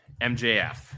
MJF